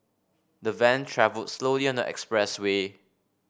the van travelled slowly on the expressway